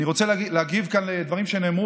אני רוצה להגיב כאן לדברים שנאמרו,